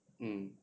mm